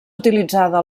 utilitzada